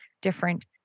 different